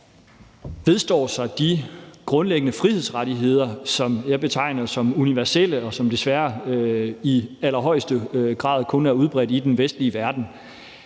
man vedstår sig de grundlæggende frihedsrettigheder, som jeg betegner som universelle, og som desværre i allerhøjeste grad kun er udbredt i den vestlige verden.